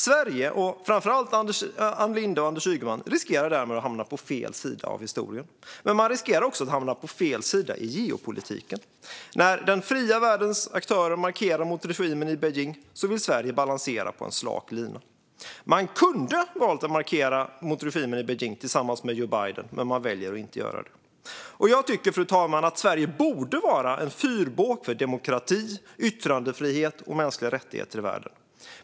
Sverige, och framför allt Ann Linde och Anders Ygeman, riskerar därmed att hamna på fel sida av historien, men man riskerar också att hamna på fel sida i geopolitiken. När den fria världens aktörer markerar mot regimen i Beijing vill Sverige balansera på en slak lina. Man kunde ha valt att markera mot regimen i Beijing tillsammans med Joe Biden, men man väljer att inte göra det. Jag tycker, fru talman, att Sverige borde vara en fyrbåk för demokrati, yttrandefrihet och mänskliga rättigheter i världen.